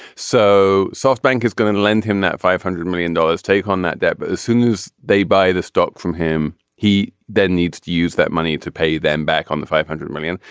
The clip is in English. so softbank is going to lend him that five hundred million dollars take on that debt but as soon as they buy the stock from him. he then needs to use that money to pay them back on the five hundred million.